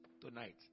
tonight